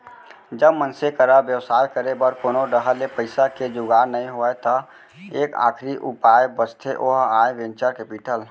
जब मनसे करा बेवसाय करे बर कोनो डाहर ले पइसा के जुगाड़ नइ होय त एक आखरी उपाय बचथे ओहा आय वेंचर कैपिटल